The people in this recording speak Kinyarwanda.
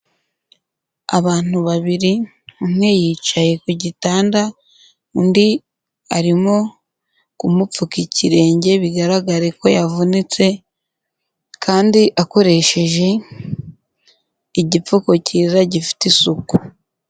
Abantu babiri umwe yicaye ku gitanda undi arimo kumupfuka ikirenge bigaragare ko yavunitse kandi akoresheje igipfuko cyiza gifite isuku.